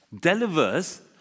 delivers